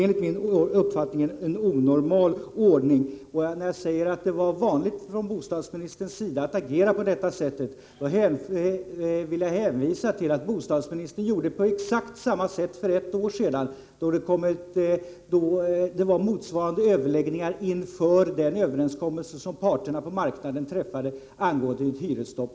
När jag sade att det var vanligt för bostadsministern att agera på detta sätt avsåg att jag att bostadsministern gjorde på exakt samma sätt för ett år sedan, då det var motsvarande överläggningar inför den överenskommelse som parterna på marknaden träffade angående ett hyresstopp.